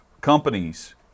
companies